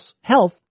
health